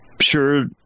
sure